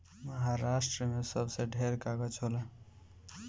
महारास्ट्र मे सबसे ढेर कागज़ होला